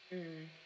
mm